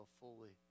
fully